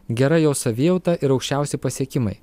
gera jo savijauta ir aukščiausi pasiekimai